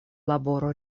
laboro